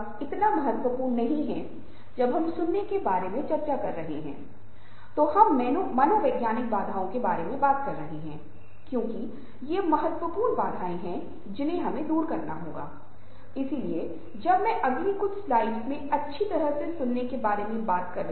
वे बहुत मुखर बहुत संगठित बहुत ही केंद्रित होते हैं और अपने स्वभाव के कारण जब भी वे बोलते हैं उन्हें विश्वसनीयता मिलती है वे एक एनिमेटेड तरीके से बोलते हैं और उन्हें उनके व्यवहार के कारण एक अच्छा नेता माना जाता है